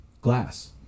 glass